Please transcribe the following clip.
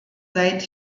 seit